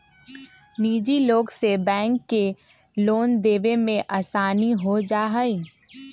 निजी लोग से बैंक के लोन देवे में आसानी हो जाहई